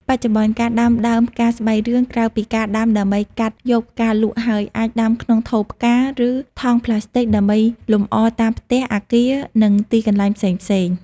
បច្ចុប្បន្នការដាំដើមផ្កាស្បៃរឿង ក្រៅពីការដាំដើម្បីកាត់យកផ្កាលក់ហើយ អាចដាំក្នុងថូផ្កា ឬថង់ប្លាស្ទិកដើម្បីលំអតាមផ្ទះ អាគារ និងទីកន្លែងផ្សេងៗ។